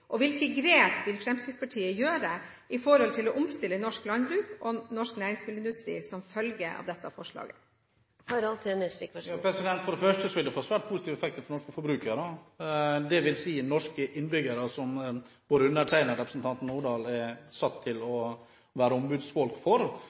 Og hvilke grep vil Fremskrittspartiet gjøre for å omstille norsk landbruk og norsk næringsmiddelindustri som følge av dette forslaget? For det første vil det få svært positiv effekt for norske forbrukere – dvs. norske innbyggere, som både undertegnede og representanten Nordahl er satt til å